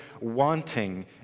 wanting